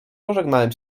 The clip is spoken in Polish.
pożegnałem